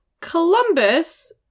Columbus